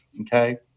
okay